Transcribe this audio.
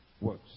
works